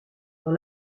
dans